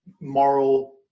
moral